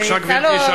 בבקשה, גברתי.